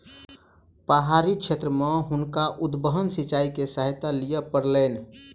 पहाड़ी क्षेत्र में हुनका उद्वहन सिचाई के सहायता लिअ पड़लैन